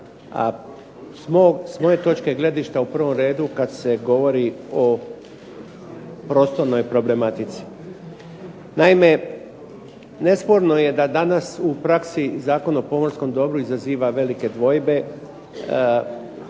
s moje točke gledišta u prvom redu kad se govori o prostornoj problematici. Naime, nesporno je da danas u praksi Zakon o pomorskom dobru izaziva velike dvojbe